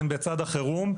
הן בצד החירום.